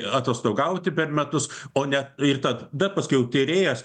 atostogauti per metus o ne ir tada paskiau tyrėjas